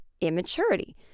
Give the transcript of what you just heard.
immaturity